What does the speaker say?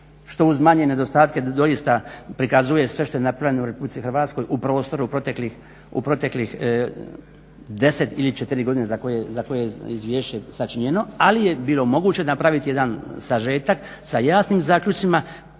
što uz manje nedostatke doista prikazuje sve što je napravljeno u RH u prostoru u proteklih 10 ili 4 godine za koje je izvješće sačinjeno ali je bilo moguće napraviti jedan sažetak sa jasnim zaključcima